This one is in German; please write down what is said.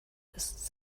ist